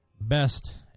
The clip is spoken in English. Best